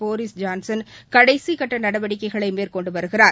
Paris Johnson கடைசி கட்ட நடவடிக்கைகளை மேற்கொண்டு வருகிறார்